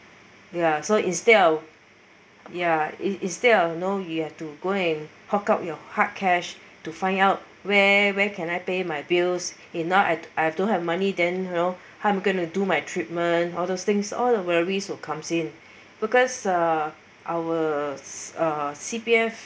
ya so instead of ya in~ instead of you know you have to go and hook up your hard cash to find out where where can I pay my bills and now I I have don't have money then you know how am I going to do my treatment all those things all the worries will comes in because our uh C_P_F